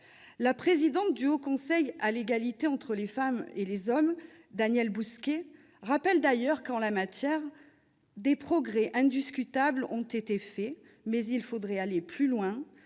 La présidente du Haut Conseil à l'égalité entre les femmes et les hommes, Danielle Bousquet, rappelle d'ailleurs que, en la matière, si des progrès indiscutables ont été faits, « il faut [...] aller plus loin,